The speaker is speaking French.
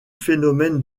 phénomène